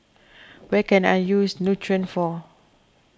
where can I use Nutren for